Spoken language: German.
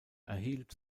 erhielt